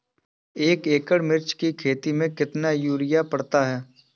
एक एकड़ मिर्च की खेती में कितना यूरिया पड़ता है?